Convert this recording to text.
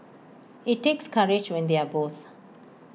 IT takes courage when they are both